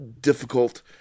difficult